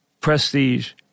prestige